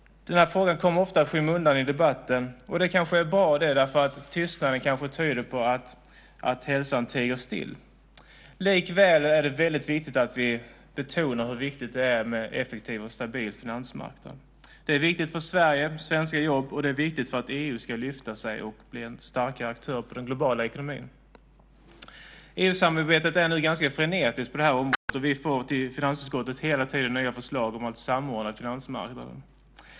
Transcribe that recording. Den här frågan kommer ofta i skymundan i debatten. Och det kanske är bra eftersom tystnaden kanske tyder på att hälsan tiger still. Likväl är det väldigt viktigt att vi betonar hur viktigt det är med en effektiv och stabil finansmarknad. Det är viktigt för Sverige och svenska jobb, och det är viktigt för att EU så att säga ska lyfta sig och bli en starkare aktör i fråga om den globala ekonomin. EU-samarbetet är nu ganska frenetiskt på detta område, och vi får till finansutskottet hela tiden nya förslag om att samordna finansmarknaden.